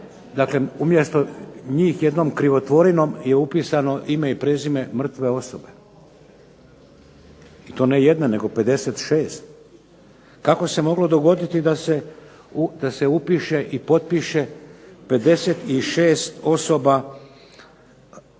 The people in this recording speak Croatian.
osobe, umjesto njih jednom krivotvorinom je upisano ime i prezime mrtve osobe i to ne jedna nego 56. Kako se moglo dogoditi da se upiše i potpiše 56 ili 224